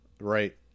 Right